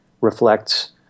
reflects